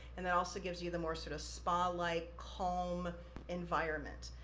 and that also gives you the more sorta, spa-like, calm environment.